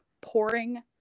pouring